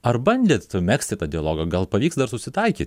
ar bandėt megzti dialogą gal pavyks dar susitaikyt